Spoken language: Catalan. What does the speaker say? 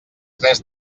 tres